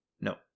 No